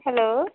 hello